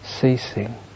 ceasing